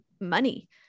money